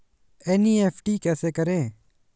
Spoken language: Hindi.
एन.ई.एफ.टी कैसे करें?